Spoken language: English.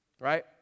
right